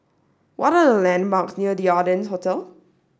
what are the landmarks near The Ardennes Hotel